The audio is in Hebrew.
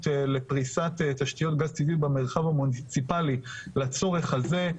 לפריסת תשתיות גז טבעי במרחב המוניציפלי לצורך הזה,